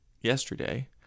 yesterday